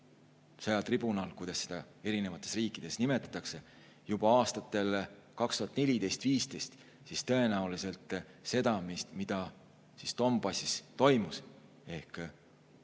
sõjatribunal, kuidas seda erinevates riikides nimetatakse, juba aastatel 2014–2015, siis tõenäoliselt seda, mis Donbassis toimus – kogu